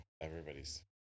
everybody's